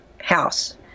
house